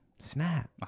Snap